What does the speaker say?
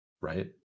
right